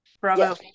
Bravo